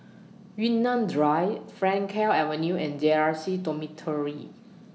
Yunnan Drive Frankel Avenue and J R C Dormitory